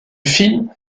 film